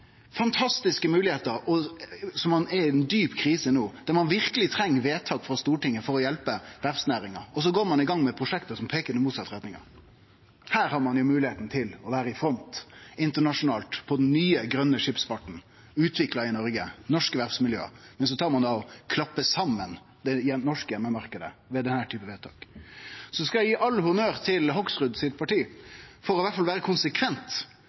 fantastiske moglegheiter. Der er ein no i ei djup krise og treng verkeleg vedtak frå Stortinget for å hjelpe verftsnæringa, går ein i gang med prosjekt som peikar i motsett retning. Her har ein moglegheita til å vere i front internasjonalt med den nye, grøne skipsfarten, utvikla i Noreg, i norske verftsmiljø, men så klappar ein då saman den norske heimemarknaden med denne typen vedtak. Eg skal gi all honnør til partiet til Hoksrud for i alle fall å vere konsekvent